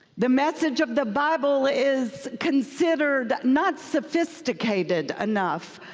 the message of the bible is considered not sophisticated enough,